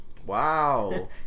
Wow